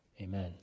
amen